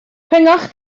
rhyngot